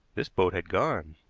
this boat had gone.